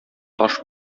таш